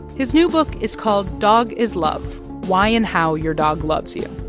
his new book is called dog is love why and how your dog loves you.